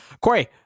Corey